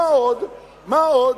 למה צריך את כל הדיון הזה?